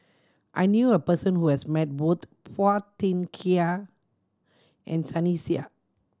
I knew a person who has met both Phua Thin Kiay and Sunny Sia